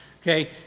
Okay